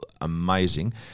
amazing